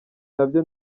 nabyo